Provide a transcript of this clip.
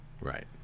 Right